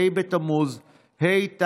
ה' בתמוז התשפ"א,